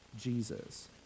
Jesus